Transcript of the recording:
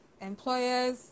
Employers